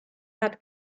had